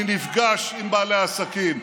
אני נפגש עם בעלי העסקים,